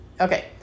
okay